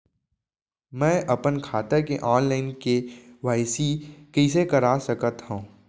मैं अपन खाता के ऑनलाइन के.वाई.सी कइसे करा सकत हव?